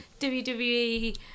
WWE